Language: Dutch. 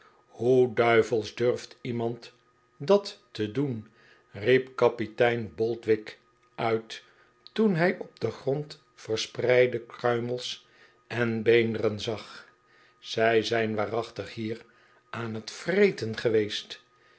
hoe duivelsch durft iemand dat te doen riep kapitein boldwig uit toen hij de op den grond verspreide kruimels en beenderen zag zij zijn waarachtig hier aan het yreten geweest